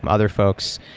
um other folks,